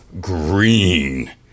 green